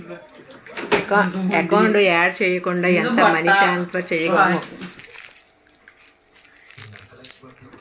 Account add చేయకుండా ఎంత money transfer చేయగలము?